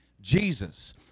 Jesus